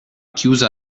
chiusa